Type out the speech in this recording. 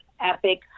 epic